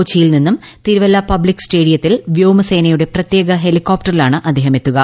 കൊച്ചയിൽ നിന്നും തിരുവല്ല പബ്ലിക് സ്റ്റേഡിയത്തിൽ വ്യോമസേനയുടെ പ്രത്യേക ഹെലികോപ്റ്ററിലാണ് അദ്ദേഹം എത്തുക